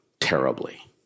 terribly